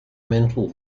mental